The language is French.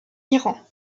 iran